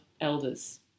elders